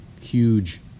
huge